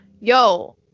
Yo